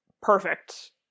perfect